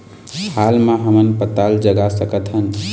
हाल मा हमन पताल जगा सकतहन?